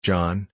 John